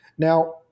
Now